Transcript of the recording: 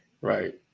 Right